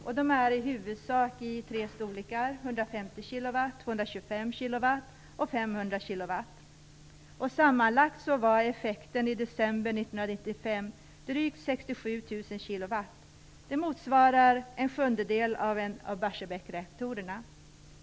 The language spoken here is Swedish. Det rör sig i huvudsak om tre storlekar: 150 kilowatt, 225 kilowatt och 500 kilowatt. Sammanlagt var effekten i december 1995 drygt 67 000 kilowatt. Det motsvarar en sjundedel av en av Barsebäckreaktorerna.